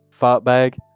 Fartbag